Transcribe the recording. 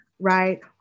right